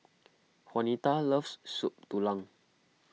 Juanita loves Soup Tulang